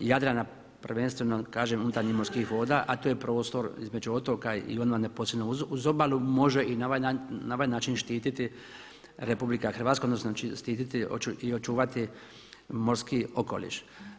Jadrana prvenstveno kažem unutarnjih morskih voda, a to je prostor između otoka i … posebno uz obalu može i na ovaj način štititi RH odnosno štititi i očuvati morski okoliš.